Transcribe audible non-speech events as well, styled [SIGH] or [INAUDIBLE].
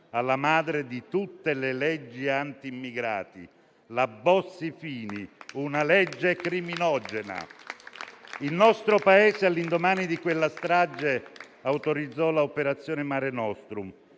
alla madre di tutte le leggi antiimmigrati, la Bossi-Fini, una legge criminogena. [APPLAUSE] Il nostro Paese, all'indomani di quella strage, autorizzò l'operazione Mare nostrum,